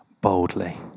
boldly